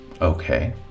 Okay